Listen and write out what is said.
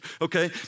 Okay